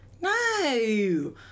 No